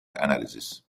analysis